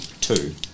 two